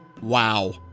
Wow